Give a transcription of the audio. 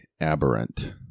aberrant